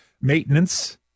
maintenance